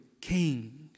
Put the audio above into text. king